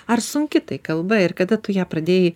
ar sunki tai kalba ir kada tu ją pradėjai